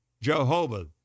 Jehovah